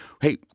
hey